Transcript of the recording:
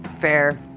Fair